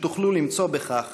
שתוכלו למצוא בכך